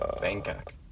bangkok